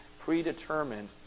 predetermined